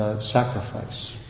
sacrifice